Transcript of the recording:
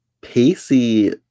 Pacey